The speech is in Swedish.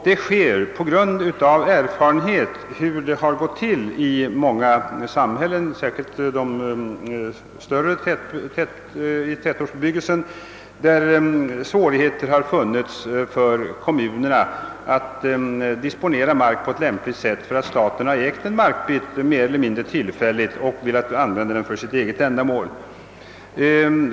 Detta förslag grundas på erfarenhet av hur det har gått till i många samhällen, särskilt inom större tätortsbebyggelse, där svårigheter har uppstått för kommunerna att disponera marken på lämpligt sätt därför att staten mer eller mindre tillfälligt har ägt en markbit och velat använda denna för sitt eget ändamål.